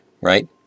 right